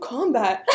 Kombat